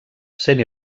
sent